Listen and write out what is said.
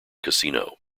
casino